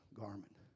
garment